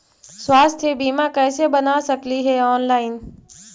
स्वास्थ्य बीमा कैसे बना सकली हे ऑनलाइन?